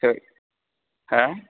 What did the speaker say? सोर हा